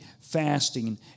fasting